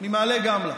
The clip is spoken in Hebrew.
ממעלה גמלא.